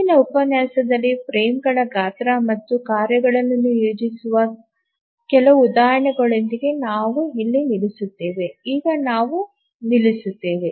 ಮುಂದಿನ ಉಪನ್ಯಾಸದಲ್ಲಿ ಫ್ರೇಮ್ಗಳ ಗಾತ್ರ ಮತ್ತು ಕಾರ್ಯಗಳನ್ನು ನಿಯೋಜಿಸುವ ಕೆಲವು ಉದಾಹರಣೆಗಳೊಂದಿಗೆ ನಾವು ಇಲ್ಲಿ ನಿಲ್ಲಿಸುತ್ತೇವೆ ಈಗ ನಾವು ನಿಲ್ಲಿಸುತ್ತೇವೆ